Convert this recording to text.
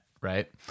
right